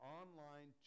online